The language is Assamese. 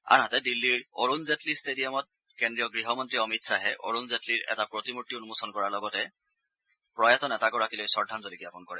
আনহাতে দিল্লীৰ অৰুণ জেটলী ষ্টেডিয়ামত কেন্দ্ৰীয় গৃহমন্ত্ৰী অমিত শ্বাহে অৰুণ জেটলীৰ এটা প্ৰতিমূৰ্তি উন্মোচন কৰাৰ লগতে প্ৰয়াত নেতা গৰাকীলৈ শ্ৰদ্ধাঞ্জলি জাপন কৰে